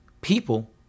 People